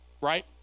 right